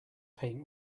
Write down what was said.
paint